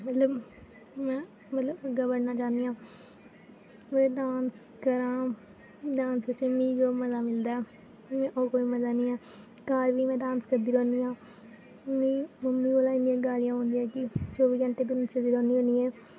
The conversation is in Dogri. मतलब में मतलब अग्गें बढ़ना चाह्न्नीं आं में डांस करांऽ डांस बिच मिगी जो मज़ा मिलदा ऐ होर कोई मज़ा निं ऐ घर बी में डांस करदी रौह्न्नीं आं मिगी मम्मी कोला इ'न्नियां गालियां पौंदियां कि चौबी घैंटे तू नच्चदी रौह्न्नीं होनी